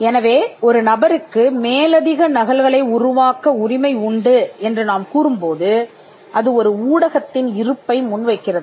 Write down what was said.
எனவே ஒரு நபருக்கு மேலதிக நகல்களை உருவாக்க உரிமை உண்டு என்று நாம் கூறும் போது அது ஒரு ஊடகத்தின் இருப்பை முன்வைக்கிறது